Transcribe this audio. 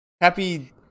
happy